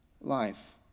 life